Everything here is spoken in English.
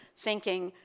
thinking,